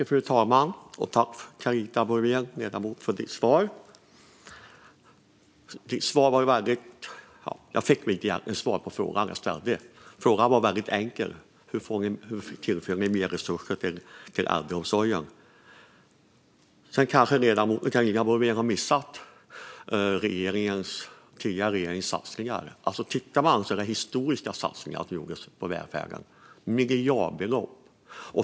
Fru talman! Tack, ledamoten Carita Boulwén, för ditt svar! Jag fick ju egentligen inget svar på frågan jag ställde. Min fråga var väldigt enkel: Hur tillför ni mer resurser till äldreomsorgen? Sedan kanske Carita Boulwén har missat den tidigare regeringens satsningar. Det är historiska satsningar som gjordes på välfärden. Det handlar om miljardbelopp.